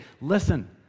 listen